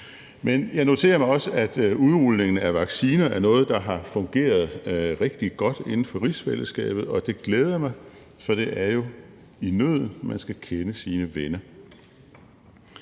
Jeg noterer mig også, at udrulningen af vacciner er noget, der har fungeret rigtig godt inden for rigsfællesskabet, og det glæder mig, for det er jo i nøden, man skal kende sine venner.